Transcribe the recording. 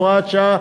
הוראת שעה),